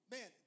Man